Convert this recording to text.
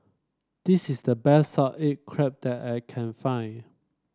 this is the best salt egg crab that I can find